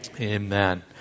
Amen